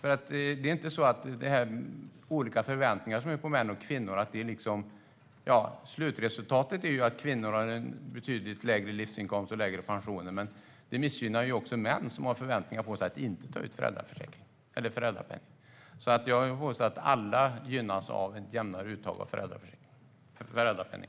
Slutresultatet av att det är olika förväntningar på kvinnor och män är att kvinnor har en betydligt lägre livsinkomst och lägre pensioner, men det missgynnar också män som har förväntningar på sig att inte ta ut föräldrapenning. Jag vill påstå att alla gynnas av ett jämnare uttag av föräldrapenningen.